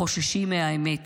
חוששים מהאמת